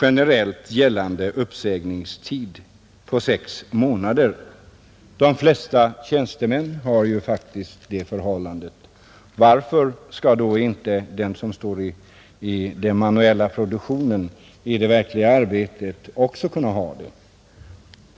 generellt gällande uppsägningstid om sex månader, De flesta tjänstemän har ju faktiskt sådana förhållanden — varför skall då inte de som står i den manuella produktionen, i det verkliga arbetet, också kunna ha det?